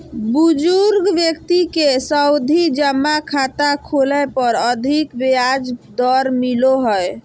बुजुर्ग व्यक्ति के सावधि जमा खाता खोलय पर अधिक ब्याज दर मिलो हय